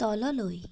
তললৈ